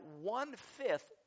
one-fifth